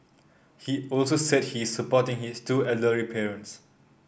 he also said he is supporting his two elderly parents